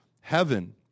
Heaven